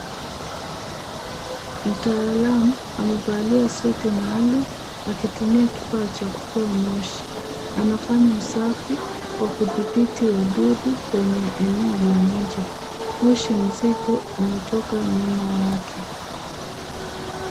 Mtaalamu amevalia suti maalum akitumia kifaa cha kutoa moshi. Anafanya usafi wa kuthibiti wadudu kwenye eneo la nje. Moshi mzito unatoka nyuma yake.